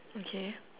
okay